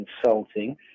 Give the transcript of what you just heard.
consulting